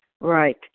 right